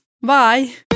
Bye